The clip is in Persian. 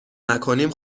نکنیم